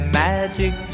magic